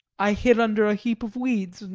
i hid under a heap of weeds,